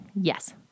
Yes